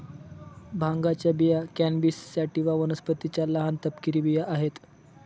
भांगाच्या बिया cannabis sativa वनस्पतीच्या लहान, तपकिरी बिया आहेत